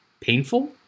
painful